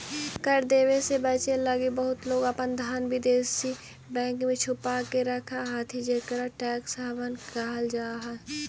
कर देवे से बचे लगी बहुत लोग अपन धन विदेशी बैंक में छुपा के रखऽ हथि जेकरा टैक्स हैवन कहल जा हई